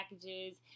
packages